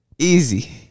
Easy